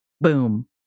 Boom